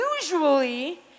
usually